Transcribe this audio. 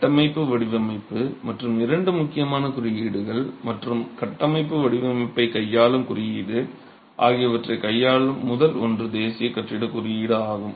கட்டமைப்பு வடிவமைப்பு மற்றும் இரண்டு முக்கியமான குறியீடுகள் மற்றும் கட்டமைப்பு வடிவமைப்பைக் கையாளும் குறியீடு ஆகியவற்றைக் கையாளும் முதல் ஒன்று தேசிய கட்டிடக் குறியீடு ஆகும்